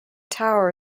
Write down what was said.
tower